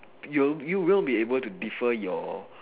you will you will be able to defer your